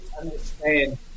understand